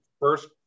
first